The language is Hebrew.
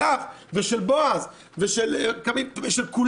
שלך ושל בועז ושל כולנו.